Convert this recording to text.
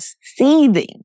seething